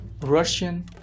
Russian